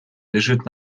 лежит